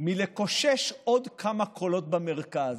מלקושש עוד כמה קולות במרכז.